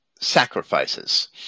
sacrifices